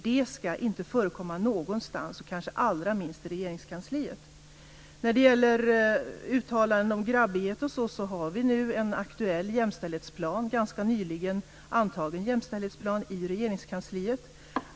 Det ska inte förekomma någonstans, och kanske allra minst i När det gäller uttalanden om grabbighet osv. så har vi nu en aktuell jämställdhetsplan som är ganska nyligen antagen i Regeringskansliet.